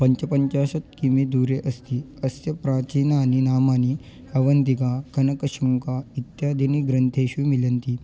पञ्चपञ्चाशत् कि मी दूरे अस्ति अस्य प्राचीनानि नामानि अवन्तिका कनकशुङ्का इत्यादीनि ग्रन्थेषु मिलन्ति